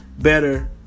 better